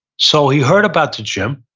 so he heard about the gym,